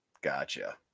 Gotcha